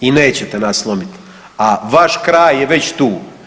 I nećete nas slomiti, a vaš kraj je već tu.